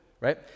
right